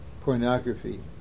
pornography